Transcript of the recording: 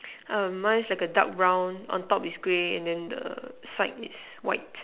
um mine is like a dark brown on top is grey and the side is white